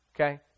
okay